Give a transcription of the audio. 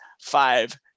five